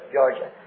Georgia